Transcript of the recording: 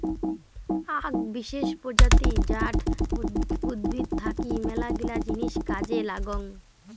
আক বিশেষ প্রজাতি জাট উদ্ভিদ থাকি মেলাগিলা জিনিস কাজে লাগং